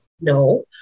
No